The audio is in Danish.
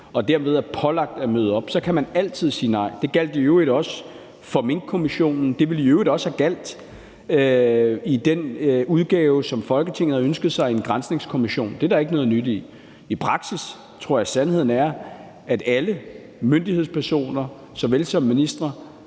og derved er pålagt at møde op, kan man altid sige nej. Det gjaldt i øvrigt også i forbindelse med Minkkommissionen, og det ville også have gjaldt i den udgave, som Folketinget har ønsket sig i forhold til en granskningskommission. Det er der ikke noget nyt i. I praksis tror jeg sandheden er, at alle myndighedspersoner såvel som ministre